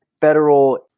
federal